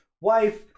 wife